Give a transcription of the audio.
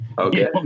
Okay